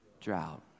drought